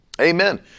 Amen